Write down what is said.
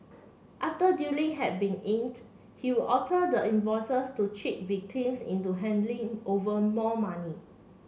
after dealing had been inked he would alter the invoices to cheat victims into handing over more money